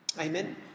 Amen